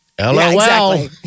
LOL